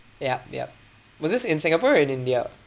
yup yup was this in singapore or in india